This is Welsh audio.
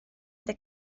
deg